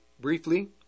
Briefly